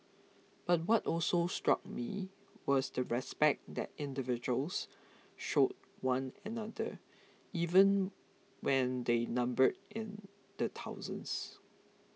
but what also struck me was the respect that individuals showed one another even when they numbered in the thousands